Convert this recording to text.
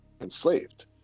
enslaved